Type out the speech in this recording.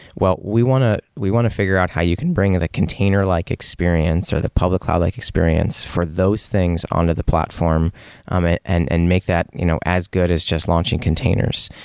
well, we want to we want to figure out how you can bring the container-like experience or the public cloud-like experience for those things onto the platform um and and and make that you know as good as just launching containers.